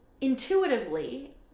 intuitively